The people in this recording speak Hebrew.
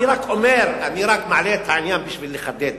אני רק מעלה את העניין בשביל לחדד.